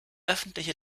öffentliche